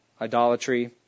idolatry